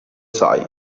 sai